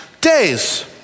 days